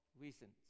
reasons